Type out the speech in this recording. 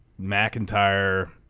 McIntyre